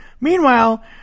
Meanwhile